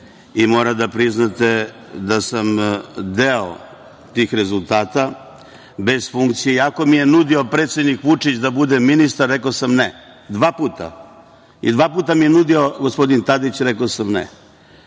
i morate priznati da sam deo tih rezultata bez funkcije, iako mi je nudio predsednik Vučić da budem ministar. Rekao sam ne, i to dva puta. Dva puta mi je nudio gospodin Tadić i rekao sam ne. Ne